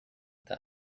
that